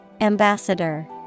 Ambassador